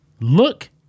Look